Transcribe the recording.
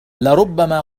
لربما